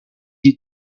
you